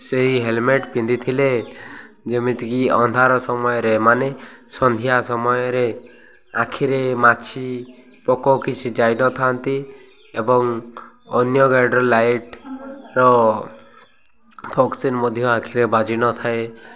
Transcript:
ସେହି ହେଲମେଟ୍ ପିନ୍ଧିଥିଲେ ଯେମିତିକି ଅନ୍ଧାର ସମୟରେ ମାନେ ସନ୍ଧ୍ୟା ସମୟରେ ଆଖିରେ ମାଛି ପୋକ କିଛି ଯାଇନଥାନ୍ତି ଏବଂ ଅନ୍ୟ ଗାଡ଼ିର ଲାଇଟ୍ର ଫକ୍ସିନ୍ ମଧ୍ୟ ଆଖିରେ ବାଜିନଥାଏ